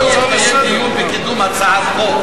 לא יתקיים דיון לקידום הצעת החוק.